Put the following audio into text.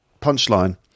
punchline